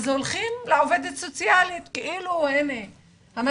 אז הולכים לעובדת הסוציאלית כאילו שהנה-המציל.